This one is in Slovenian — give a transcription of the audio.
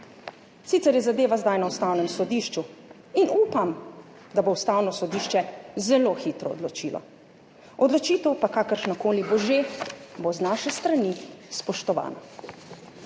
Sicer je zadeva zdaj na Ustavnem sodišču in upam, da bo Ustavno sodišče zelo hitro odločilo. Odločitev pa, kakršnakoli bo že, bo z naše strani spoštovana.